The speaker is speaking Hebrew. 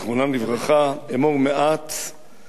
אמור מעט ועשה הרבה,